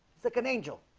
it's like an angel